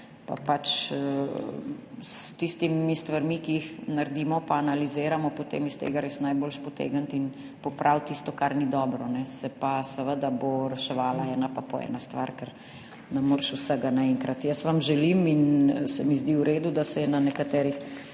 pa s tistimi stvarmi, ki jih naredimo pa analiziramo, potem iz tega res najboljše potegniti in popraviti tisto, kar ni dobro. Se bo pa seveda reševala ena pa po ena stvar, ker ne moreš vsega naenkrat. Jaz vam želim in se mi zdi v redu, da so se na nekaterih